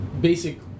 basic